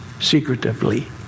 secretively